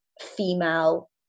female